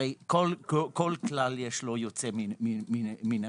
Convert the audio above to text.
הרי כל כלל, יש לו יוצא מן הכלל.